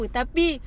Tapi